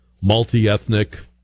multi-ethnic